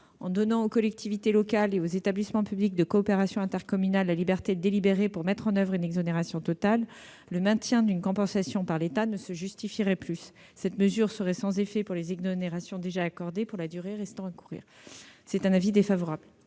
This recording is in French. l'on donnait aux collectivités locales et aux établissements publics de coopération intercommunale la liberté de délibérer pour mettre en oeuvre une exonération totale de TFPB, le maintien d'une compensation par l'État ne se justifierait plus. Cette mesure serait en outre sans effet sur les exonérations déjà accordées pour la durée restant à couvrir. L'avis du